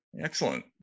excellent